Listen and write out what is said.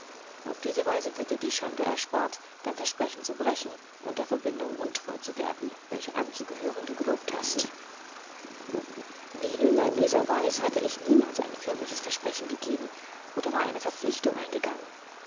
auf diese weise wird dir die schande erspart dein versprechen zu brechen und der verbindung untreu zu werden welcher anzugehören du gelobt hast wie nun mein leser weiß hatte ich niemals irgend ein förmliches versprechen gegeben oder war eine verpflichtung eingegangen